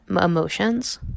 emotions